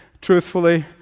truthfully